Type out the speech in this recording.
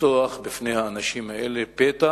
לפתוח בפני האנשים האלה פתח